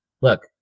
look